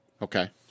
Okay